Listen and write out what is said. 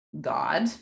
god